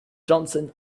johnson